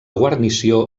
guarnició